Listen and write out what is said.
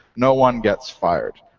no one gets fired.